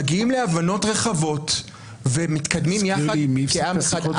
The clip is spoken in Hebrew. מגיעים להבנות רחבות ומתקדמים יחד כעם אחד.